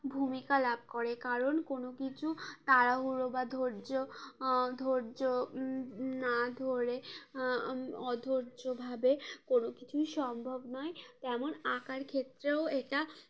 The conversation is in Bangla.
ভূমিকা লাভ করে কারণ কোনো কিছু তাড়াহুড়ো বা ধৈর্য ধৈর্য না ধরে অধৈর্যভাবে কোনো কিছুই সম্ভব নয় তেমন আঁকার ক্ষেত্রেও এটা